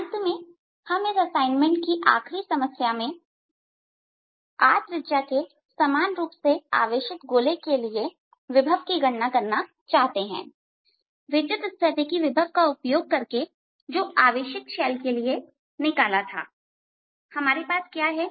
अंत में इस असाइनमेंट की आखिरी समस्या में हम r त्रिज्या के समान रुप से आवेशित गोले के लिए विभव की गणना करना चाहते हैं विद्युत स्थैतिकी विभव का उपयोग करके जो आवेशित शेल के लिए निकाला था हमारे पास क्या है